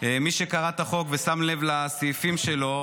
מי שקרא את החוק ושם לב לסעיפים שלו,